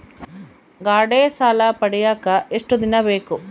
ಗಾಡೇ ಸಾಲ ಪಡಿಯಾಕ ಎಷ್ಟು ದಿನ ಬೇಕು?